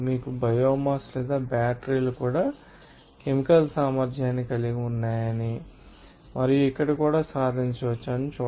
biomass లేదా బ్యాటరీలు కూడా కెమికల్ సామర్థ్యాన్ని కలిగి ఉన్నాయని మరియు ఇక్కడ కూడా సాధించవచ్చని మీరు చూడవచ్చు